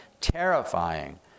terrifying